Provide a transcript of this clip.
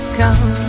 come